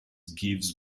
gives